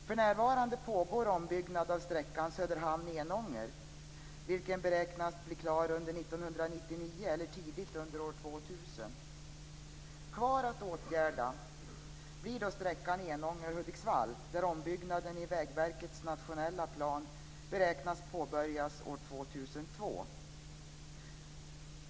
För närvarande pågår ombyggnad av sträckan Söderhamn-Enånger vilken beräknas blir klar år 1999 eller tidigt under år Hudiksvall där ombyggnaden i Vägverkets nationella plan beräknas påbörjas år 2002.